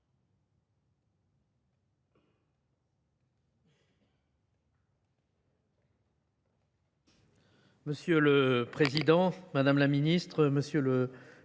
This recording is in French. Monsieur le Président, Madame la Ministre, Monsieur le Président